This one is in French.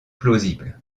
plausible